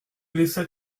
laissa